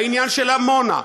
בעניין של עמונה,